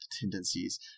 tendencies